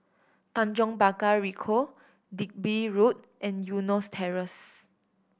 Tanjong Pagar Ricoh Digby Road and Eunos Terrace